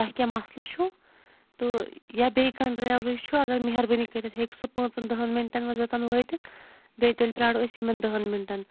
تۄہہِ کیاہ مَسلہٕ چھو تہٕ یا بیٚیہِ کانٛہہ ڈرایورٕے چھُ اَگَر مہربٲنی کٔرِتھ ہیٚکہِ سُہ پانژَن دَہَن مِنٹَن مَنٛز یوٚتَن وٲتِتھ بیٚیہِ تیٚلہِ پیارو أسۍ یِمَن دَہَن مِنٹَن